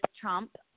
Trump